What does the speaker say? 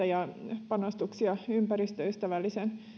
ja panostuksia ympäristöystävälliseen